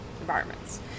environments